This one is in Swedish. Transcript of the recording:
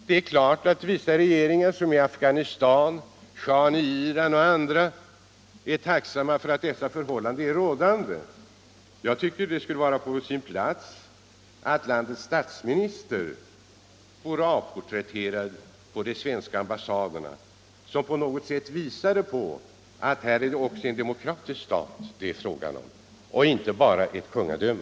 Det är klart att vissa regeringar, såsom den i Afghanistan, shahen av Iran m.fl. är tacksamma för att dessa förhållanden råder på de svenska ambassaderna. Jag tycker att det skulle vara på sin plats att landets statsminister fanns avporträtterad på de svenska ambassaderna, så att man på något sätt visade att det här inte bara är fråga om ett kungadöme.